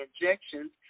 injections